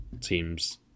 teams